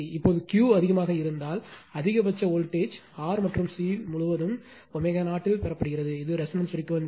இப்போது Q அதிகமாக இருந்தால் அதிகபட்ச வோல்ட்டேஜ் R மற்றும் C முழுவதும் ω0 இல் பெறப்படுகிறது இது ரெசோனன்ஸ் பிரிக்வேன்சி